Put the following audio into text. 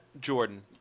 Jordan